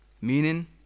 meaning